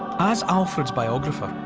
as alfred's biographer,